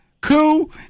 cool